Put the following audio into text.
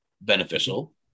beneficial